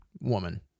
woman